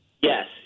Yes